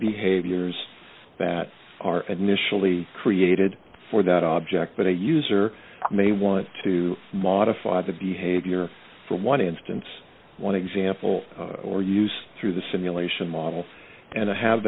behaviors that are and initially created for that object but a user may want to modify the behavior for one instance one example or use through the simulation model and to have